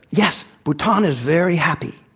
yes, bhutan is very happy.